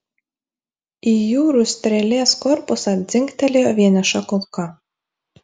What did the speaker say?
į jūrų strėlės korpusą dzingtelėjo vieniša kulka